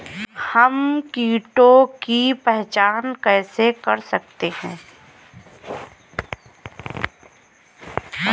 हम कीटों की पहचान कैसे कर सकते हैं?